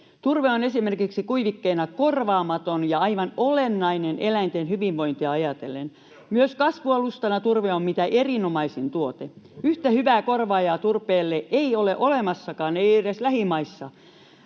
Turve on esimerkiksi kuivikkeena korvaamaton ja aivan olennainen eläinten hyvinvointia ajatellen. [Mikko Savola: Se on totta!] Myös kasvualustana turve on mitä erinomaisin tuote. Yhtä hyvää korvaajaa turpeelle ei ole olemassakaan, ei edes lähimaissa.